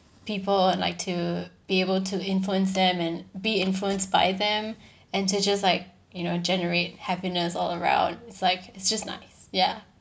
people like to be able to influence them and be influenced by them and to just like you know generate happiness all around it's like it's just nice ya